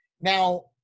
Now